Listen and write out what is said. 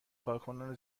کارکنان